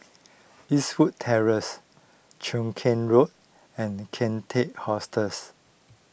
Eastwood Terrace Cheow Keng Road and Kian Teck Hostel